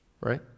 right